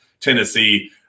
Tennessee